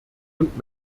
und